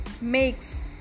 makes